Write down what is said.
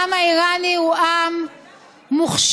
העם האיראני הוא עם מוכשר,